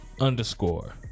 underscore